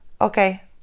okay